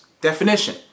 Definition